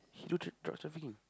he do dr~ drug trafficking